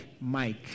Mike